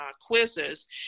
quizzes